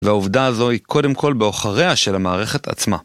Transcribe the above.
והעובדה הזו היא קודם כל בעכוריה של המערכת עצמה.